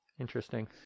Interesting